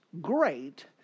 great